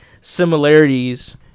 similarities